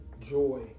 joy